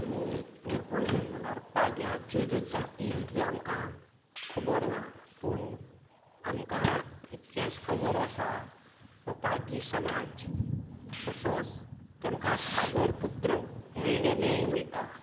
आमी पळयलें जाल्यार पाग्यांच्यो ज्यो जाती तितल्यो आमकां खबर ना पूण आमकां इतकेंच खबर आसा हो पागी समाज तसोच तेमकां सागर पुत्र म्हुणलेलेंय वयता